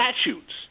statutes